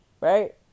right